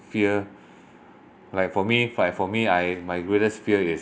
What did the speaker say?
fear like for me like for me I my greatest fear is